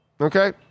Okay